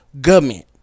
government